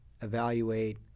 evaluate